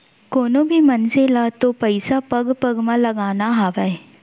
कोनों भी मनसे ल तो पइसा पग पग म लगाना हावय